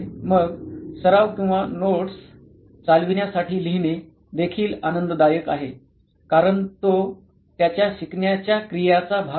मग सराव किंवा नोट्स चालविण्यासाठी लिहिणे देखील आनंददायक आहे कारण तो त्याच्या शिकण्याच्या क्रियाचा भाग आहे